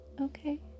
Okay